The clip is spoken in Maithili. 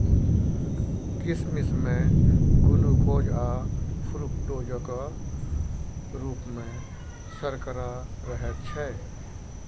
किसमिश मे ग्लुकोज आ फ्रुक्टोजक रुप मे सर्करा रहैत छै